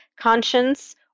conscience